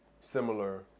similar